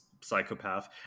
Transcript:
psychopath